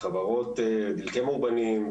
מחברות דלקי מאובנים,